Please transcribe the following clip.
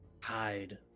hide